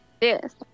Yes